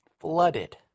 flooded